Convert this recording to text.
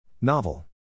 Novel